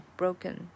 broken